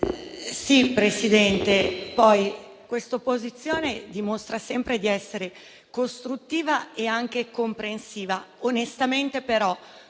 Presidente, quest'opposizione dimostra sempre di essere costruttiva e anche comprensiva; onestamente, però,